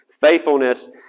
faithfulness